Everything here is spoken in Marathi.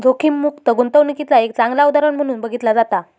जोखीममुक्त गुंतवणूकीचा एक चांगला उदाहरण म्हणून बघितला जाता